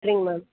சரிங்க மேம்